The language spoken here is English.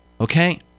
okay